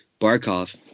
Barkov